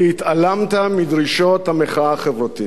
כי התעלמת מדרישות המחאה החברתית.